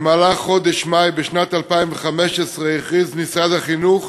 במהלך חודש מאי בשנת 2015 הכריז משרד החינוך